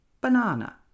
banana